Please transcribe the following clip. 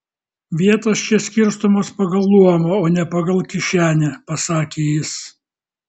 vietos čia skirstomos pagal luomą o ne pagal kišenę pasakė jis